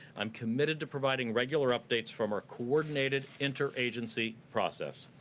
i'm committed to providing regular updates from our coordinated interagency process.